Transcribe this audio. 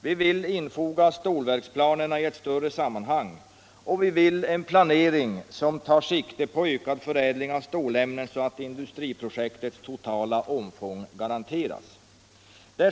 Vi vill infoga stålverksplanerna i ett större sammanhang, och vi vill ha en planering som tar sikte på en ökad förädling av stålämnen, så att industriprojektets totala omfång garanteras.